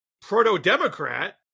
proto-democrat